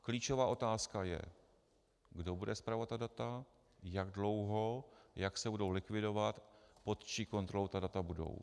Klíčová otázka je, kdo bude spravovat ta data, jak dlouho, jak se budou likvidovat, pod čí kontrolou ta data budou.